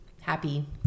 happy